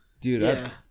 Dude